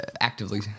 actively